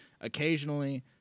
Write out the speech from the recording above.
Occasionally